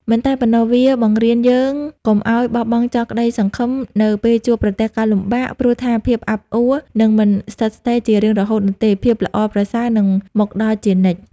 មិនតែប៉ុណ្ណោះ វាបង្រៀនយើងកុំឲ្យបោះបង់ចោលក្តីសង្ឃឹមនៅពេលជួបប្រទះការលំបាក ព្រោះថាភាពអាប់អួរនឹងមិនស្ថិតស្ថេរជារៀងរហូតនោះទេ ភាពល្អប្រសើរនឹងមកដល់ជានិច្ច។